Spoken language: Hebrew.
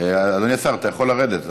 אדוני סגן השר, אתה יכול לרדת.